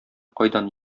кайдан